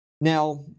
Now